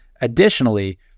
Additionally